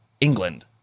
England